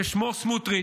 ששמו סמוטריץ',